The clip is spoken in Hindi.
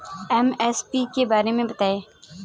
एम.एस.पी के बारे में बतायें?